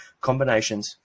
combinations